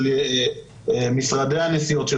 של משרדי הנסיעות,